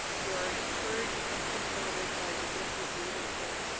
who are encouraged and supported by the district leadership.